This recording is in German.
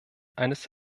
eines